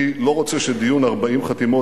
אני לא רוצה שדיון 40 חתימות,